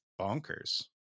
bonkers